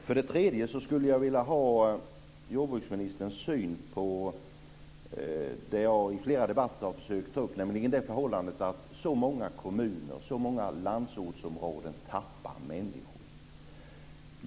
För det tredje skulle jag vilja ha jordbruksministerns syn på något som jag i flera debatter har försökt ta upp, nämligen det förhållandet att så många kommuner och så många landsortsområden tappar människor.